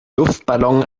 luftballon